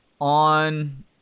on